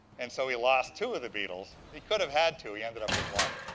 and so he lost two of the beetles. he could have had two, he ended up with one.